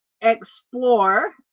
explore